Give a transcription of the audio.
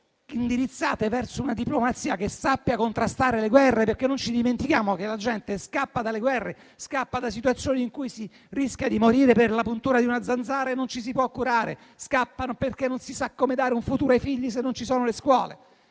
italiano indirizzate verso una diplomazia che sappia contrastare le guerre, perché non ci dimentichiamo che la gente scappa dalle guerre, scappa da situazioni in cui si rischia di morire per la puntura di una zanzara e non ci si può curare. Scappano perché non si sa come dare un futuro ai figli, se non ci sono le scuole.